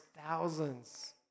thousands